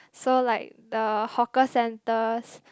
so like the hawker centers